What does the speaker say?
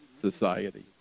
society